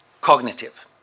cognitive